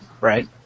Right